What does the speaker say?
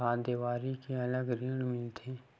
का देवारी के अलग ऋण मिलथे?